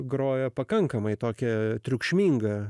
grojo pakankamai tokia triukšminga